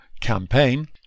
campaign